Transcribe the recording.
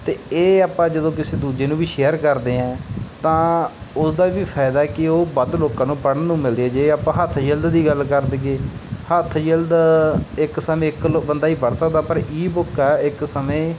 ਅਤੇ ਇਹ ਆਪਾਂ ਜਦੋਂ ਕਿਸੇ ਦੂਜੇ ਨੂੰ ਵੀ ਸ਼ੇਅਰ ਕਰਦੇ ਹਾਂ ਤਾਂ ਉਸ ਦਾ ਵੀ ਫਾਇਦਾ ਕੀ ਉਹ ਵੱਧ ਲੋਕਾਂ ਨੂੰ ਪੜ੍ਹਨ ਨੂੰ ਮਿਲਦੀ ਹੈ ਜੇ ਆਪਾਂ ਹੱਥ ਜਿਲਦ ਦੀ ਗੱਲ ਕਰ ਦੇਈਏ ਹੱਥ ਜਿਲਦ ਇੱਕ ਸਮੇਂ ਇੱਕ ਬੰਦਾ ਹੀ ਪੜ੍ਹ ਸਕਦਾ ਪਰ ਈਬੁੱਕ ਆ ਇੱਕ ਸਮੇਂ